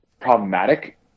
problematic